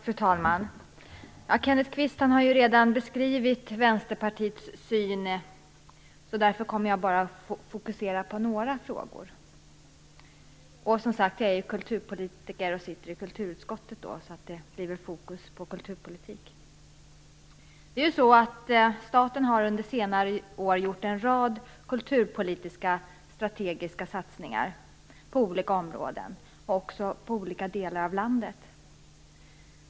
Fru talman! Kenneth Kvist har redan beskrivit Vänsterpartiets uppfattning. Därför kommer jag att fokusera mig på bara några frågor. Jag är kulturpolitiker och är ledamot i kulturutskottet. Det blir fokus på kulturpolitik. Staten har under senare år gjort en rad kulturpolitiska strategiska satsningar på olika områden och i olika delar av landet.